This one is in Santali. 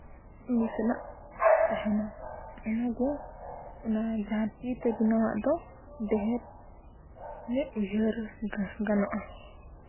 ᱩᱱᱤ ᱥᱟᱞᱟᱜ ᱛᱟᱦᱮᱱᱟ ᱚᱱᱟᱜᱮ ᱚᱱᱟ ᱡᱟᱦᱟᱸ ᱛᱤ ᱛᱮ ᱵᱮᱱᱟᱣᱟᱜ ᱫᱚ ᱰᱷᱮᱨ ᱩᱱᱟᱹᱜ ᱩᱭᱦᱟᱹᱨ ᱜᱟᱱᱚᱜᱼᱟ